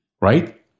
right